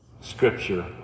Scripture